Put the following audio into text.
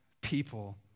people